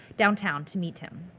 downtown to meet him.